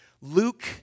Luke